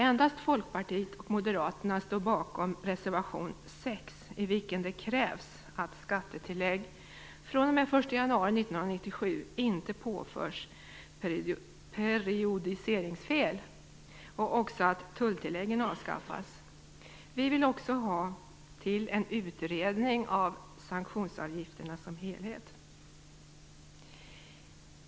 Endast Folkpartiet och Moderaterna står bakom reservation 6, i vilken det krävs att skattetillägg fr.o.m. den 1 januari 1997 inte påförs periodiseringsfel och att tulltilläggen avskaffas. Vi vill också ha en utredning av sanktionsavgifterna.